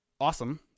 awesome